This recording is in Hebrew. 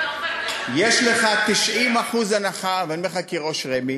יש לך 90% הנחה, ואני אומר לך כראש רמ"י.